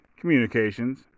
communications